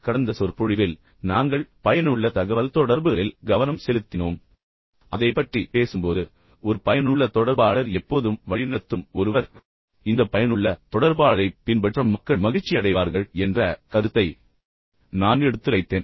கடந்த சொற்பொழிவில் நாங்கள் பயனுள்ள தகவல்தொடர்புகளில் கவனம் செலுத்தினோம் பயனுள்ள தகவல்தொடர்புகளைப் பற்றி பேசும்போது ஒரு பயனுள்ள தொடர்பாளர் எப்போதும் வழிநடத்தும் ஒருவர் பின்னர் இந்த பயனுள்ள தொடர்பாளரைப் பின்பற்ற மக்கள் மகிழ்ச்சியடைவார்கள் என்ற கருத்தை நான் எடுத்துரைத்தேன்